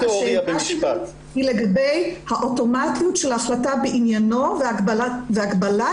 השאלה שלי היא לגבי האוטומטיות של ההחלטה בעניינו והקבלת